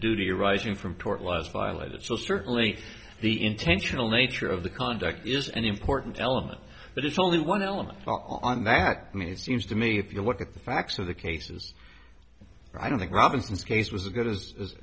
duty rising from tort was violated so certainly the intentional nature of the conduct is an important element but it's only one element on that i mean it seems to me if you look at the facts of the cases i don't think robinson's case was a good has